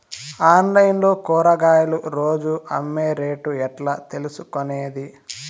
Online లో కూరగాయలు రోజు అమ్మే రేటు ఎట్లా తెలుసుకొనేది?